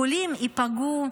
החולים ייפגעו,